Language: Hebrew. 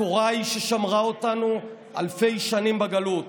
התורה היא ששמרה אותנו אלפי שנים בגלות,